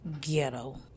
ghetto